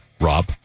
Rob